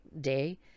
day